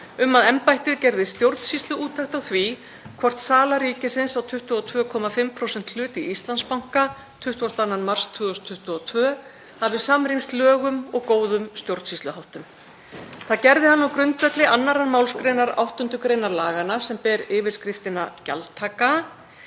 um að embættið gerði stjórnsýsluúttekt á því hvort sala ríkisins á 22,5% hlut í Íslandsbanka 22. mars 2022 hafi samrýmst lögum og góðum stjórnsýsluháttum. Það gerði hann á grundvelli 2. mgr. 8. gr. laganna sem ber yfirskriftina „Gjaldtaka“,